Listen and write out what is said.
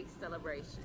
celebration